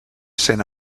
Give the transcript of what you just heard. sent